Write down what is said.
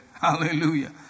Hallelujah